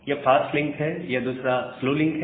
यह fast link है और यह दूसरा स्लो लिंक है